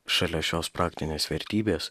šalia šios praktinės vertybės